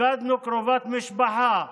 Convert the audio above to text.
איבדנו קרובת משפחה,